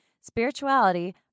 spirituality